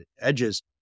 edges